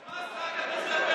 למה אתה לא עונה?